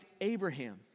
Abraham